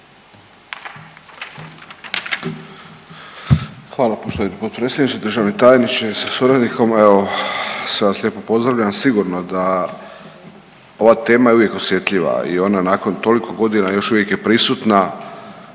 Hvala poštovani potpredsjedniče, državni tajniče sa suradnikom. Evo sve vas lijepo pozdravljam. Sigurno da ova tema je uvijek osjetljiva i ona nakon toliko godina još uvijek je prisutna